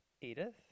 Edith